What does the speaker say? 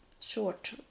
short